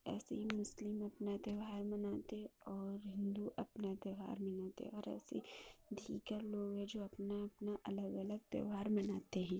ایسے ہی مسلم اپنا تہوار مناتے ہیں اور ہندو اپنا تہوار مناتے ہیں اور ایسے ہی دیگر لوگ ہے جو اپنا اپنا الگ الگ تہوار مناتے ہیں